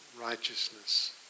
righteousness